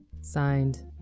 Signed